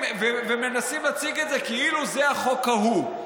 ומנסים להציג את זה כאילו זה החוק ההוא.